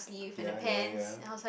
ya ya ya